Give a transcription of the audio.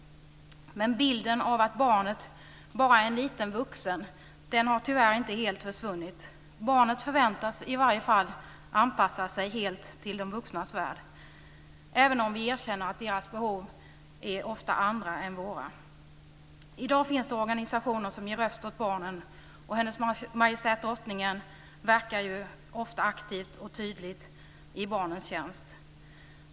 Men bilden av att barnet bara är en liten vuxen har tyvärr inte helt försvunnit. Barnet förväntas i varje fall anpassa sig helt till de vuxnas värld, även om vi erkänner att deras behov ofta är andra än våra. I dag finns det organisationer som ger röst åt barnen, och Hennes Majestät Drottningen verkar ofta aktivt och tydligt i barnens tjänst.